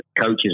coaches